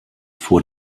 vor